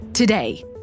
Today